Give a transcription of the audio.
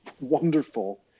Wonderful